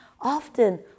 Often